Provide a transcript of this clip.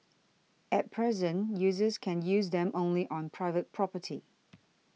at present users can use them only on private property